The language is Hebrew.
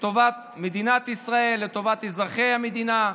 לטובת מדינת ישראל, לטובת אזרחי המדינה.